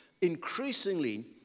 increasingly